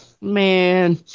Man